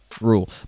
rule